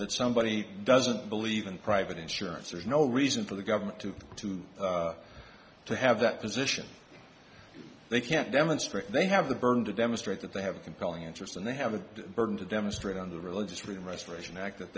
that somebody doesn't believe in private insurance there's no reason for the government to to to have that position they can't demonstrate they have the burden to demonstrate that they have compelling answers and they have a burden to demonstrate on the religious freedom restoration act that